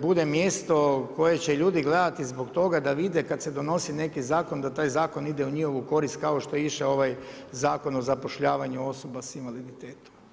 bude mjesto koje će ljudi gledati zbog toga da vide kada se donosi neki zakon da taj zakon ide u njihovu korist kao što je išao ovaj Zakon o zapošljavanju osoba s invaliditetom.